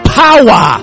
power